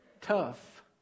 tough